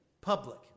public